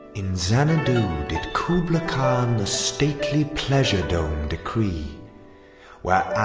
in xanadu did kubla khan a stately pleasure-dome decree where